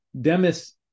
Demis